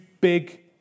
big